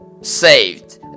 saved